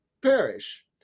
perish